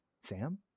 Sam